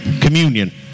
Communion